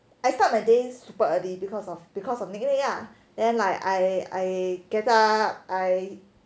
I start day super early because of because of nick nick ah then I I gotta I